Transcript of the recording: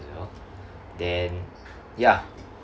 you know then ya